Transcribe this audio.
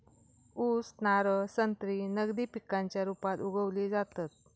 ऊस, नारळ, संत्री नगदी पिकांच्या रुपात उगवली जातत